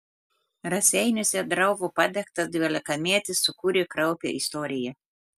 raseiniuose draugo padegtas dvylikametis sukūrė kraupią istoriją